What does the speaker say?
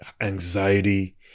anxiety